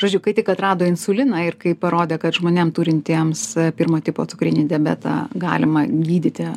žodžiu kai tik atrado insuliną ir kai parodė kad žmonėm turintiems pirmo tipo cukrinį diabetą galima gydyti